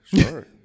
Sure